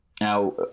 Now